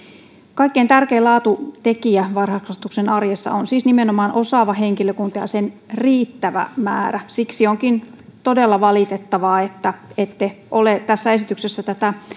kaikkein tärkein laatutekijä varhaiskasvatuksen arjessa on siis nimenomaan osaava henkilökunta ja sen riittävä määrä siksi onkin todella valitettavaa että ette ole tässä esityksessä tätä